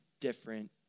different